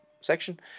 section